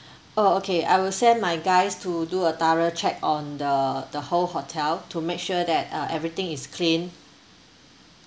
oh okay I will send my guys to do a thorough check on the the whole hotel to make sure that uh everything is clean